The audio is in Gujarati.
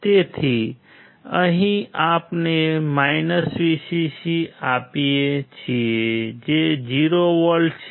તેથી અહીં આપણે Vcc આપીએ છીએ જે 0V છે